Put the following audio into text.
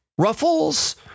Ruffles